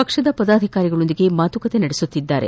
ಪಕ್ಷದ ಪದಾಧಿಕಾರಿಗಳೊಂದಿಗೆ ಮಾತುಕತೆ ನಡೆಸುತ್ತಿದ್ದಾರೆ